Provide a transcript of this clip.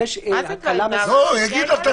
מה זה --- הוא יגיד לך הכול.